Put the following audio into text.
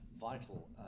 vital